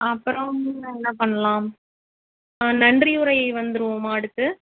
அப்புறம் என்ன பண்ணலாம் நன்றியுரை வந்துருவோமா அடுத்து